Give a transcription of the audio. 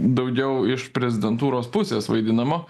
daugiau iš prezidentūros pusės vaidinamo